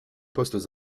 postes